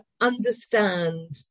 understand